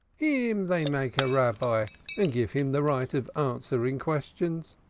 him they make a rabbi and give him the right of answering questions,